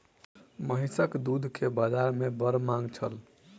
महीसक दूध के बाजार में बड़ मांग छल